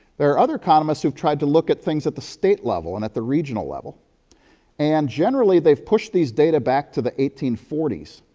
there are other economists whoive tried to look at things at the state level and at the regional level and, generally, theyive pushed these data back to the eighteen forty s,